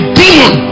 demon